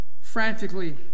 frantically